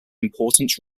important